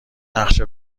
نقشه